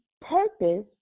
purpose